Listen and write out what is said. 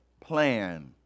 plan